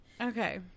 Okay